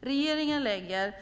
Regeringen lägger